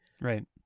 Right